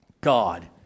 God